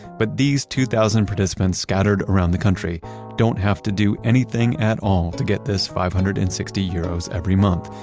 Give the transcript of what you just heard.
but these two thousand participants scattered around the country don't have to do anything at all to get this five hundred and sixty euros every month.